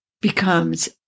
becomes